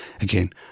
Again